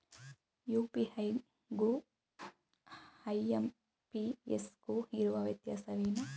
UPI ಗು IMPS ಗು ಇರುವ ವ್ಯತ್ಯಾಸವೇನು?